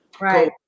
right